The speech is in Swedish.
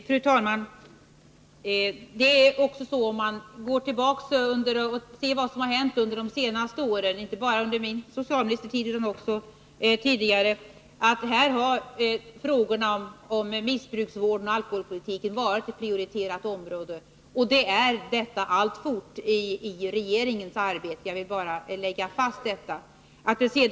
Fru talman! Om man går tillbaka och ser på vad som hänt under de senaste åren — inte bara under min socialministertid utan också tidigare — kan man konstatera att frågorna om missbrukarvården och alkoholpolitiken varit ett prioriterat område. De är alltfort prioriterade i regeringens arbete. Jag vill bara slå fast att det förhåller sig så.